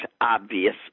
obvious